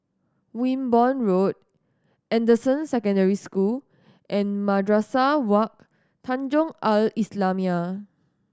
Wimborne Road Anderson Secondary School and Madrasah Wak Tanjong Al Islamiah